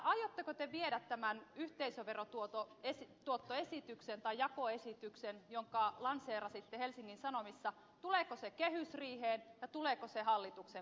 aiotteko te viedä tämän yhteisöverotuottojakoesityksen jonka lanseerasitte helsingin sanomissa kehysriiheen ja tuleeko se hallituksen päätökseksi